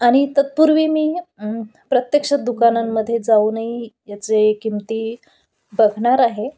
आणि तत्पूर्वी मी प्रत्यक्षात दुकानांमध्येे जाऊनही याचे किमती बघणार आहे